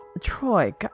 Troy